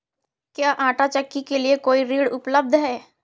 क्या आंटा चक्की के लिए कोई ऋण उपलब्ध है?